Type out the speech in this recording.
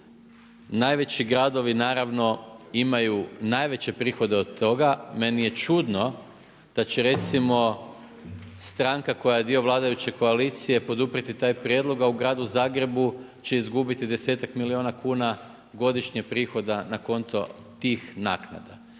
Najveći gradovi, naravno imaju najveće prihode od toga, meni je čudno da će recimo stranka koja je dio vladajuće koalicije poduprijeti taj prijedlog a u gradu Zagrebu će izgubiti desetak milijuna kuna godišnje prihoda na konto tih naknada.